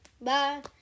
Bye